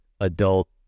adult